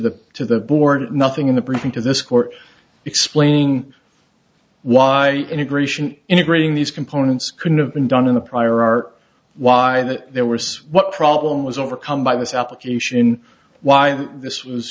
the to the board nothing in the briefing to this court explaining why integration integrating these components couldn't have been done in the prior are why there were so what problem was overcome by this application why this was